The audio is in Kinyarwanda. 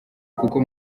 kuko